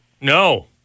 No